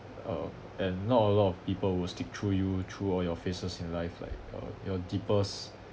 uh and not a lot of people will stick through you through all your phases in life like uh your deepest